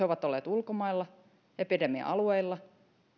ovat olleet ulkomailla epidemia alueilla